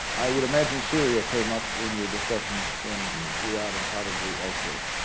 i would imagine syria came up in your discussions in riyadh and probably elsewhere.